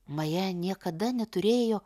maja niekada neturėjo